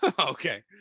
okay